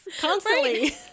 Constantly